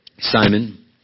Simon